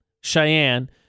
Cheyenne